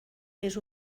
més